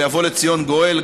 ויבוא לציון גואל,